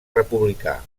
republicà